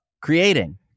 creating